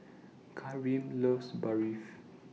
Karim loves Barfi